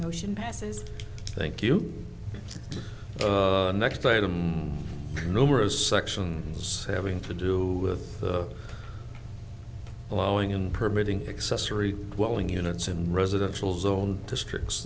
motion passes thank you next item numerous sections having to do with the following in permitting accessory welding units and residential zone districts